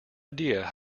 idea